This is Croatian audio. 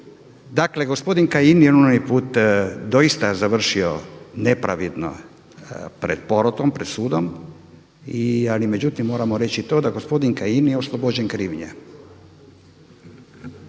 Dakle gospodin Kajin je onaj put doista završio nepravedno pred porotom, pred sudom, ali međutim moramo reći i to da gospodin Kajin je oslobođen krivnje.